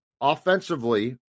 offensively